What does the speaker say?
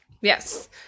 Yes